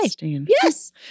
Yes